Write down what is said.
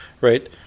right